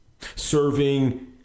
Serving